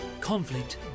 conflict